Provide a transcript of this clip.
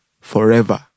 forever